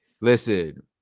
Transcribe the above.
Listen